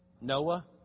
Noah